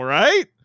right